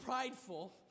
prideful